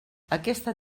aquesta